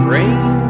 Rain